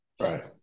Right